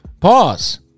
Pause